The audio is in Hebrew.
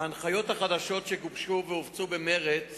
ההנחיות החדשות שגובשו והופצו במרס